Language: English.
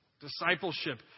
Discipleship